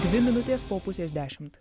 dvi minutės po pusės dešimt